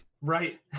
Right